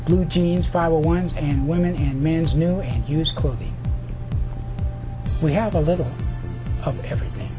blue jeans vinyl ones and women and man's new and used clothing we have a little of everything